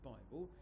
Bible